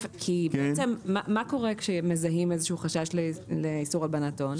בעצם מה קורה כשמזהים איזשהו חשש לאיסור הלבנת הון?